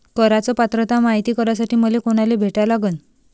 कराच पात्रता मायती करासाठी मले कोनाले भेटा लागन?